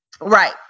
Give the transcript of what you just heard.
right